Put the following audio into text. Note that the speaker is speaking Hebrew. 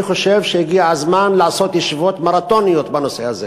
אני חושב שהגיע הזמן לעשות ישיבות מרתוניות בנושא הזה.